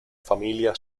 familia